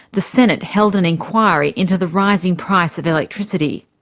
the senate held an inquiry into the rising price of electricity.